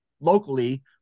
locally